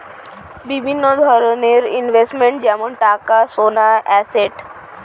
বিভিন্ন ধরনের ইনভেস্টমেন্ট যেমন টাকা, সোনা, অ্যাসেট